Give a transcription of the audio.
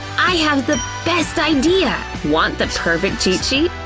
i have the best idea! want the perfect cheat sheet?